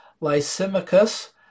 lysimachus